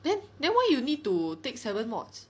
then then why you need to take seven mods